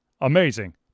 Amazing